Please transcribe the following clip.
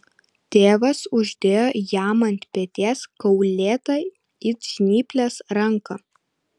tėvas uždėjo jam ant peties kaulėtą it žnyplės ranką